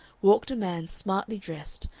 walked a man smartly dressed,